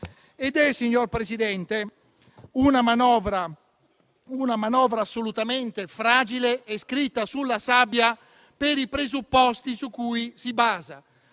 Signora Presidente, è un piano assolutamente fragile e scritto sulla sabbia per i presupposti su cui si basa.